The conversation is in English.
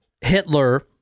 Hitler